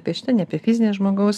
apie šitą ne apie fizinę žmogaus